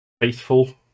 faithful